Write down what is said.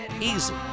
Easy